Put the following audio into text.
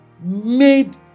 made